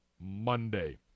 Monday